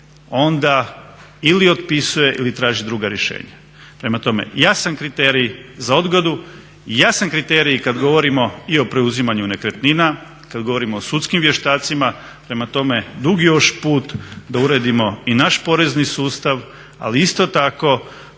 onda ili otpisuje ili traži druga rješenja. Prema tome, jasan kriterij za odgodu, jasan kriterij kad govorimo i o preuzimanju nekretnina, kad govorimo o sudskim vještacima. Prema tome, dug je još put da uredimo i naš porezni sustav. Ali isto tako